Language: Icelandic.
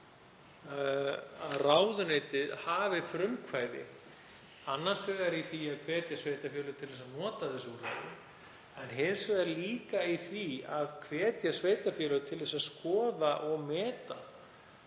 að ráðuneytið hafi frumkvæði annars vegar í því að hvetja sveitarfélög til að nota þessi úrræði, en hins vegar líka í því að hvetja sveitarfélög til að skoða og meta